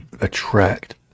attract